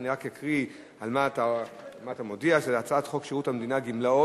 אני רק אקריא על מה אתה מודיע: הצעת חוק שירות המדינה (גמלאות)